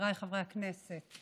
חבריי חברי הכנסת,